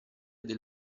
del